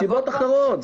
מסיבות אחרות.